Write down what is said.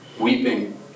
weeping